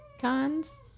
Cons